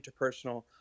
interpersonal